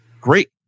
Great